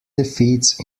defeats